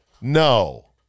No